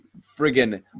friggin